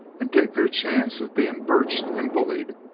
and take their chance of being birched and bullied.